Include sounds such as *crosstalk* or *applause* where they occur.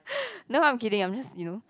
*breath* no I'm kidding I'm just you know